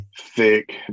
thick